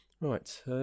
right